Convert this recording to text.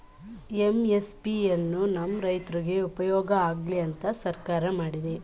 MSP ಎನ್ನು ನಮ್ ರೈತ್ರುಗ್ ಉಪ್ಯೋಗ ಆಗ್ಲಿ ಅಂತ ಸರ್ಕಾರ ಮಾಡಿದೆ